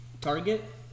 Target